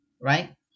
right